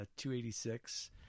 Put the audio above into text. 286